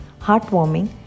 heartwarming